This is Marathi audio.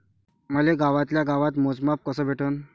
मले गावातल्या गावात मोजमाप कस भेटन?